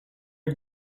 are